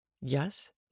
yes